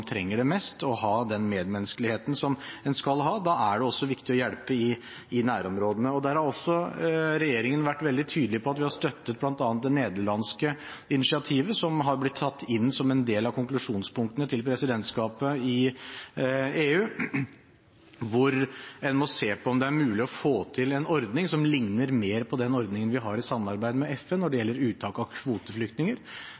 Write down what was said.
trenger det mest, og ha den medmenneskeligheten som en skal ha. Da er det også viktig å hjelpe i nærområdene. Der har også regjeringen vært veldig tydelig på at vi har støttet bl.a. det nederlandske initiativet som har blitt tatt inn som en del av konklusjonspunktene til presidentskapet i EU, hvor en må se på om det er mulig å få til en ordning som ligner mer på den ordningen vi har i samarbeid med FN når det gjelder uttak av kvoteflyktninger,